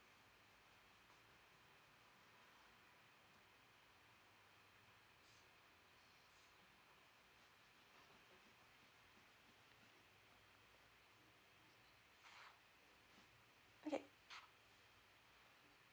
okay